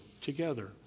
together